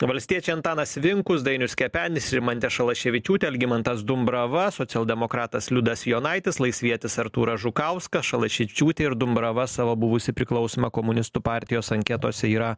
valstiečiai antanas vinkus dainius kepenis rimantė šalaševičiūtė algimantas dumbrava socialdemokratas liudas jonaitis laisvietis artūras žukauskas šalaševičiūtė ir dumbrava savo buvusį priklausymą komunistų partijos anketose yra